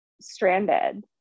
stranded